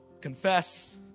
confess